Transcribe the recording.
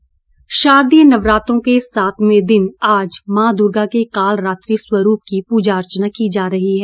नवरात्र शारदीय नवरात्रों के सातवें दिन आज माँ दुर्गा के कालरात्रि स्वरूप की प्रजा अर्चना की जा रही है